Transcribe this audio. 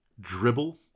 dribble